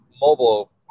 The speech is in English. mobile